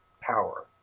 power